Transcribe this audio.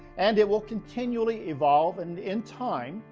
and it will continually evolve and in time,